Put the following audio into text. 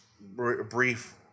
brief